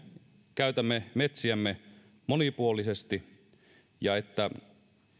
käytämme metsiämme monipuolisesti ja että